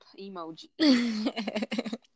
emoji